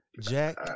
Jack